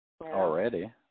Already